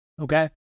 Okay